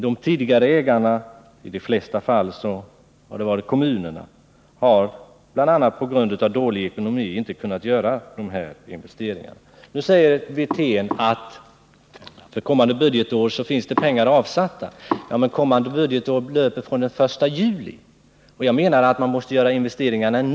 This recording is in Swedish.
De tidigare ägarna — i de flesta fall har det varit kommunerna — har bl.a. på grund av dålig ekonomi inte kunnat göra nödvändiga investeringar. Rolf Wirtén säger att för kommande budgetår finns det pengar avsatta. Ja, men kommande budgetår löper från den 1 juli, och jag menar att man måste göra investeringarna nu.